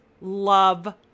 love